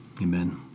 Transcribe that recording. Amen